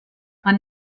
man